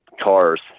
cars